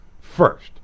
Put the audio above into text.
first